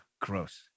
gross